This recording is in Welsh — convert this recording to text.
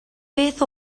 beth